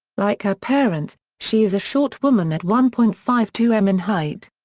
like her parents, she is a short woman at one point five two m in height.